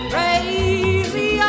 Crazy